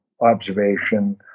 observation